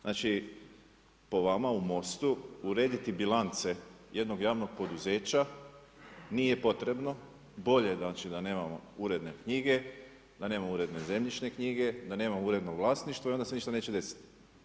Znači po vama u MOST-u urediti bilance jednog javnog poduzeća nije potrebno, bolje znači da nemamo uredne knjige, da nemamo uredne zemljišne knjige, da nemamo uredno vlasništvo i onda se ništa neće desiti.